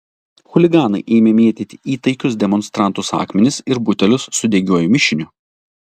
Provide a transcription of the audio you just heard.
chuliganai ėmė mėtyti į taikius demonstrantus akmenis ir butelius su degiuoju mišiniu